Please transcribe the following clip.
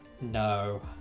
No